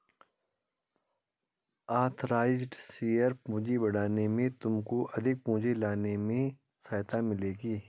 authorised share पूंजी बढ़ाने से तुमको अधिक पूंजी लाने में सहायता मिलेगी